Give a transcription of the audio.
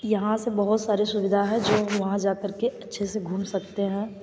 यहाँ से बहुत सारी सुविधा है जो वहाँ जा कर के अच्छे से घूम सकते हैं